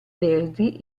verdi